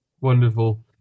Wonderful